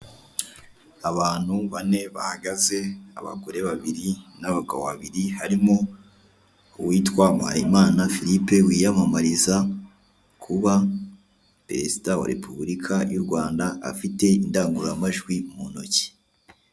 Abantu bane bahagaze, abagore babiri n'abagabo babiri, harimo uwitwa Muhayimana Philippe wiyamamariza kuba Perezida wa rRepubulika y'u Rwanda, afite indangururamajwi mu ntoki.